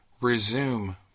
resume